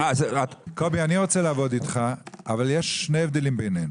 אני רוצה לעבוד איתך אבל יש שני הבדלים בינינו.